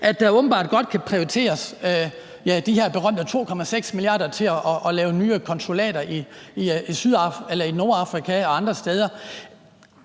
at der åbenbart godt kan prioriteres de her berømte 2,6 mia. kr. til at lave nye konsulater i Nordafrika og andre steder.